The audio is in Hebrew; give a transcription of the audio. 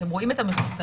אתם רואים את המחוסנים,